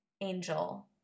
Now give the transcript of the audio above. Angel